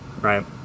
Right